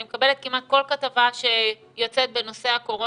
אני מקבלת כמעט כל כתבה שיוצאת בנושא הקורונה,